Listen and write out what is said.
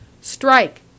Strike